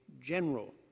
general